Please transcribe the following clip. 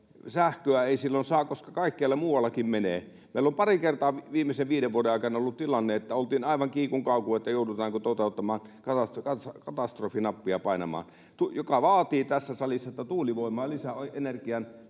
Sähköä ei silloin saa, koska kaikkialle muuallekin menee. Meillä on pari kertaa viimeisen viiden vuoden aikana ollut tilanne, että oltiin aivan kiikun kaakun, joudutaanko katastrofinappia painamaan. Sen, joka vaatii tässä salissa tuulivoimaa lisäenergian